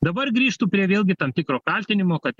dabar grįžtu prie vėlgi tam tikro kaltinimo kad